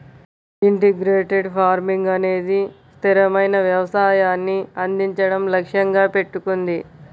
integrated farming అనేది స్థిరమైన వ్యవసాయాన్ని అందించడం లక్ష్యంగా పెట్టుకుంది